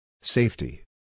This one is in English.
Safety